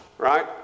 Right